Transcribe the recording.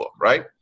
Right